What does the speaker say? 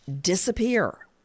disappear